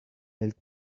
elle